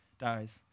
dies